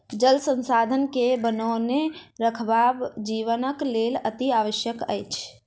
जल संसाधन के बनौने राखब जीवनक लेल अतिआवश्यक अछि